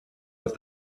with